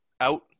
out